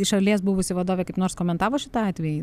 šalies buvusi vadovė kaip nors komentavo šitą atvejį